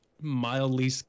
mildly